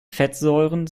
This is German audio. fettsäuren